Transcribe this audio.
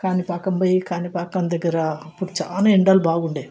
కాణిపాకం పోయి కాణిపాకం దగ్గర అప్పుడు చాలా ఎండలు బాగుండే